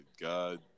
God